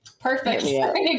perfect